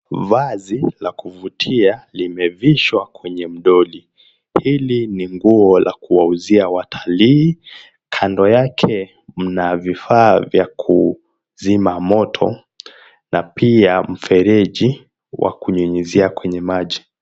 Vazi la kuvutia limevishwa kwenye mdoli. Hili ni nguo la kuwauzia watalii. Kando yake mna vifaa vya kuzima moto na pia mfereji wa kunyunyizia kwenye maji.